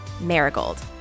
MARIGOLD